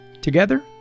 Together